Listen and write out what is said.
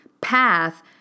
path